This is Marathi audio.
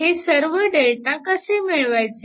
हे सर्व Δ कसे मिळवायचे